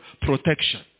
protection